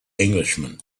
englishman